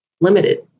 limited